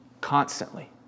constantly